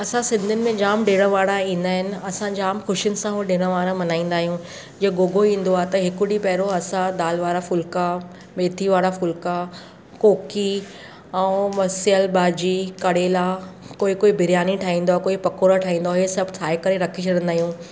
असां सिंधियुनि में जामु ॾिण वारा ईंदा आहिनि असां जामु खुशियुनि सां उहे ॾिण वार मनाईंदा आहियूं जीअं गोगो ईंदो आहे त हिकु ॾींहुं पहिरों असां दाल वारा फुल्का मेथी वारा फुल्का कोकी ऐं सियलु भाॼी करेला कोई कोई बिरयानी ठाहींदो आहे कोई पकोड़ा ठाहींदो आहे हे सभु ठाहे करे रखी छॾींदा आहियूं